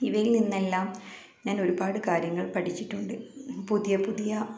ഇവയിൽ നിന്നെല്ലാം ഞാനൊരുപാട് കാര്യങ്ങൾ പഠിച്ചിട്ടുണ്ട് പുതിയ പുതിയ